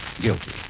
guilty